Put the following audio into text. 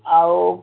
ଆଉ